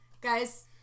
Guys